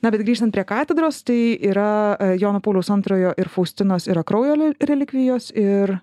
na bet grįžtant prie katedros tai yra jono pauliaus antrojo ir faustinos yra kraujo relikvijos ir